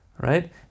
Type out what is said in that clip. right